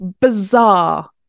bizarre